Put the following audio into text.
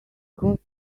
got